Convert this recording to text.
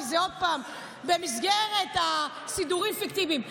כי זה עוד פעם במסגרת הסידורים הפיקטיביים.